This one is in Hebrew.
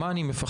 ממה אני מפחד?